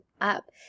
up